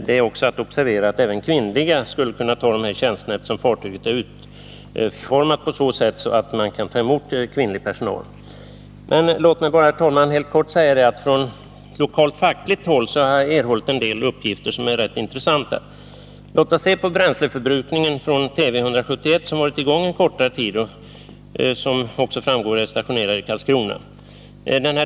Det är att observera att även kvinnor skulle kunna ta dessa tjänster, eftersom fartyget är utformat så att det kan ta emot kvinnlig personal. Herr talman! Från lokalt fackligt håll har jag erhållit en del uppgifter som är rätt intressanta. Låt oss se på bränsleförbrukningen för Tv 171, som varit i gång en kortare tid och som har stationeringsort Karlskrona.